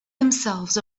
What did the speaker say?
themselves